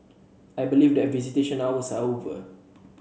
I believe that visitation hours are over